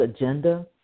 agenda